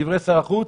בדברי שר החוץ,